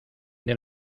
del